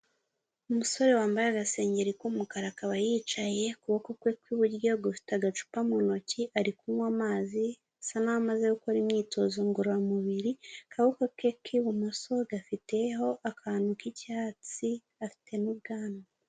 Umusore wambaye agasengeri k'umukara akaba yicaye ukuboko kwe kw'iburyo gufite agacupa mu ntoki ari kunywa amazi, asa naho amaze gukora imyitozo ngororamubiri, akaboko ke k'ibumoso gafiteho akantu k'icyatsi afite n'ubwanwa.